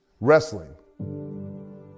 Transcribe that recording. wrestling